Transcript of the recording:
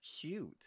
cute